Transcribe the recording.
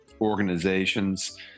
organizations